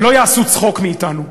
לא יעשו צחוק מאתנו.